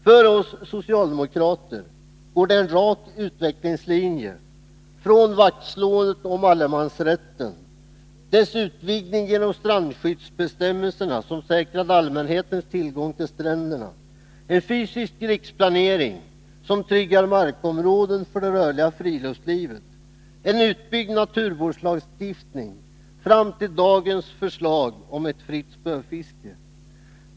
För oss socialdemokrater går det en rak utvecklingslinje från vaktslåendet om allemansrätten, dess utvidgning genom strandskyddsbestämmelserna som säkrade allmänhetens tillgång till stränderna, en fysisk riksplanering som tryggar markområden för det rörliga friluftslivet och en utbyggd naturvårdslagstiftning fram till dagens förslag om ett fritt spöfiske.